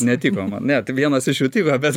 netiko man ne tai vienas iš jų tiko bet